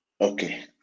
okay